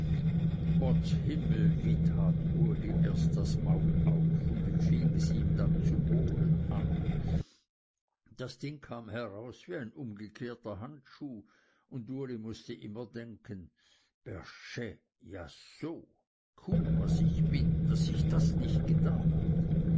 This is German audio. uli erst das maul auf und wie fing es ihm dann zu wohlen an das ding kam heraus wie ein umgekehrter handschuh und uli mußte immer denken persche ja so kuh was ich bin daß ich das nicht gedacht